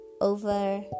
over